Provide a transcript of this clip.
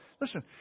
Listen